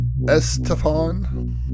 Estefan